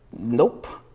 nope.